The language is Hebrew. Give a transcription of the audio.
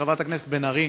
חברת הכנסת בן ארי,